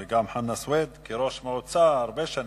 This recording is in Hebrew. גם חנא סוייד, כראש מועצה הרבה שנים,